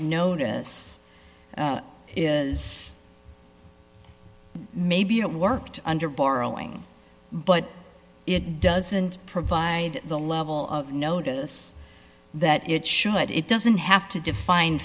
notice maybe it worked under borrowing but it doesn't provide the level of notice that it should it doesn't have to define